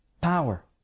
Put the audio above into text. power